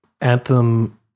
Anthem